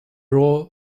raw